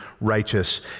righteous